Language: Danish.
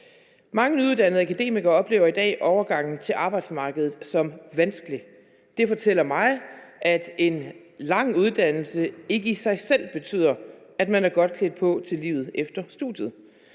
Mange nyuddannede akademikere oplever i dag overgangen til arbejdsmarkedet som vanskelig. Det fortæller mig, at en lang uddannelse ikke i sig selv betyder, at man er godt klædt på til livet efter studiet.